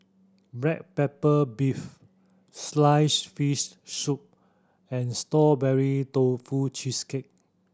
black pepper beef sliced fish soup and Strawberry Tofu Cheesecake